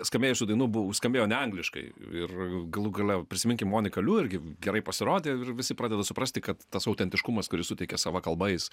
skambėjusių dainų bu skambėjo ne angliškai ir galų gale prisiminkim monika liu irgi gerai pasirodė ir visi pradeda suprasti kad tas autentiškumas kuris suteikia savakalbais